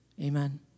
Amen